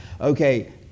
okay